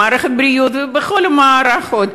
במערכת הבריאות ובכל המערכות,